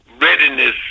readiness